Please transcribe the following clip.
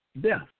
death